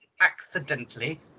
accidentally